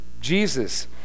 Jesus